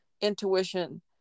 intuition